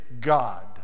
God